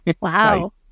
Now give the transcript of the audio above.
Wow